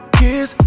kiss